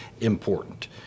important